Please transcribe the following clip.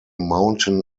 mountain